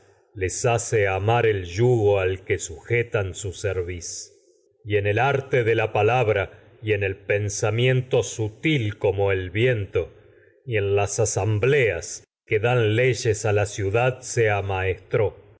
montaraz hace amar yugo y al en que sujetan su cerviz y en el arte de como la palabra el pensamiento sutil que el viento se y en las asambleas dan leyes a la ciudad amaestró